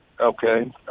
Okay